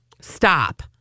Stop